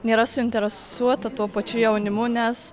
nėra suinteresuota tuo pačiu jaunimu nes